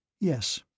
Yes